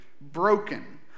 broken